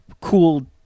cool –